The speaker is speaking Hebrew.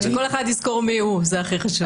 העיקר שכל אחד יזכור מיהו, זה הכי חשוב.